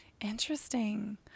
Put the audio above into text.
Interesting